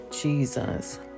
Jesus